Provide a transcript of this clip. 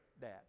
dad